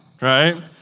right